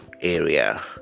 area